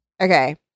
Okay